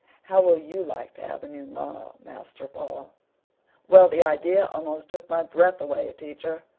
how will you like to have a new ma, master paul well, the idea almost took my breath away, teacher,